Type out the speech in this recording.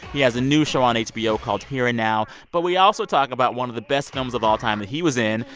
he has a new show on hbo called here and now. but we also talk about one of the best films of all time that he was in,